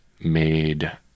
made